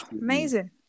amazing